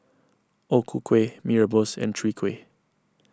O Ku Kueh Mee Rebus and Chwee Kueh